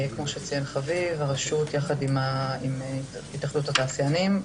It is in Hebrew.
כמו שציין חביב, הרשות יחד עם התאחדות התעשיינים.